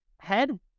Head